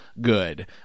good